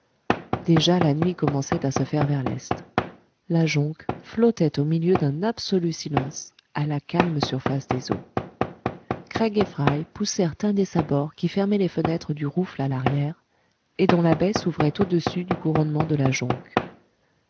déjà la nuit commençait à se faire vers l'est la jonque flottait au milieu d'un absolu silence à la calme surface des eaux craig et fry poussèrent un des sabords qui fermaient les fenêtres du rouffle à l'arrière et dont la baie s'ouvrait au dessus du couronnement de la jonque